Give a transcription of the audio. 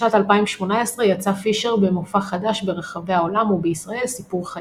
בשנת 2018 יצא פישר במופע חדש ברחבי העולם ובישראל ״סיפור חיי״.